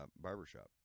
Barbershop